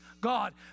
God